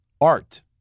Art